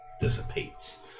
dissipates